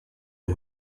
est